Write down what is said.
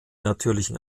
natürlichen